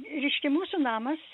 reiškia mūsų namas